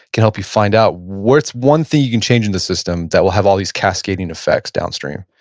can help you find out what's one thing you can change in the system that will have all these cascading effects downstream?